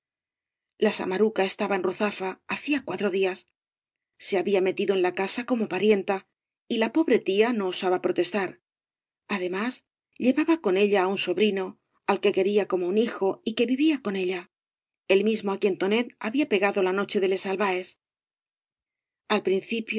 la sama ruca estaba en ruzafa hacía cuatro días se había metido en la casa como parienta y la pobre tia no osaba protestar además llevaba con ella á un sobrino al que quería como un hijo y que vivía con ella el mismo á quien tonet había pegado la noche de les albaes al principio